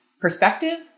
perspective